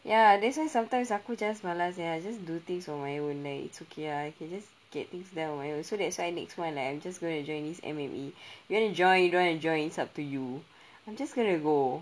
ya that's why sometimes aku just malas sia just do things on my own like it's okay ah I can just get things done on my own so that's why next month I am just gonna join this M_M_A if you wanna join if you don't wanna join it's up to you I'm just gonna go